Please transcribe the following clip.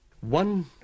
One